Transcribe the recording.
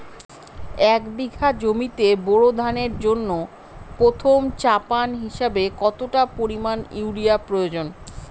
এক বিঘা জমিতে বোরো ধানের জন্য প্রথম চাপান হিসাবে কতটা পরিমাণ ইউরিয়া প্রয়োজন?